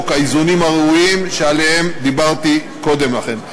האיזונים הראויים שעליהם דיברתי קודם לכן.